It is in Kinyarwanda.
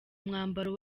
mwambaro